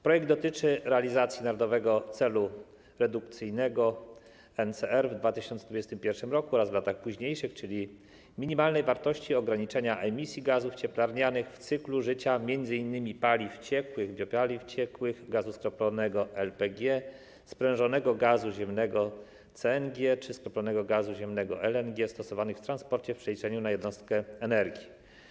Projekt dotyczy realizacji Narodowego Celu Redukcyjnego, NCR, w 2021 r. oraz w latach późniejszych, czyli minimalnej wartości ograniczenia emisji gazów cieplarnianych w cyklu życia m.in. paliw ciekłych, biopaliw ciekłych, gazu skroplonego LPG, sprężonego gazu ziemnego CNG czy skroplonego gazu ziemnego LNG stosowanych w transporcie w przeliczeniu na jednostkę energii.